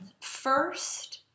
First